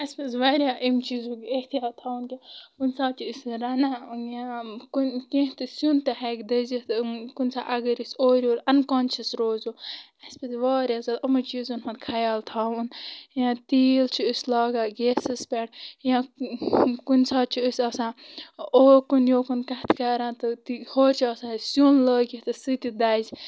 اسہِ پزِ واریاہ امہِ چیٖزُک احتیات تھاوُن کہِ کُنہِ ساتہٕ چھِ أسۍ رنان یا کُنۍ کینٛہہ تہِ سِیُن تہِ ہیکہِ دٔزِتھ کُنہِ ساتہٕ اگر أسۍ اورٕ یور انکونشیس روزو اسہِ پزِ واریاہ زیادٕ اُمن چیٖزن ہُند خیال تھاوُن یا تِیٖل چھِ أسۍ لاگان گیسس پیٹھ یا کُنہِ ساتہٕ چھِ أسۍ آسان اوٚکُن یوٚکُن کتھٕ کران تہٕ ہورٕ چھُ اسہِ آسان سِیُن لٲگِتھ سُہ تہِ دزِ